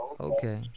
Okay